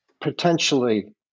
potentially